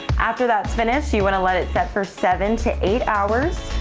after that's been us you want to let it set for seven to eight hours.